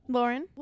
Lauren